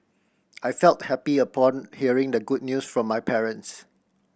I felt happy upon hearing the good news from my parents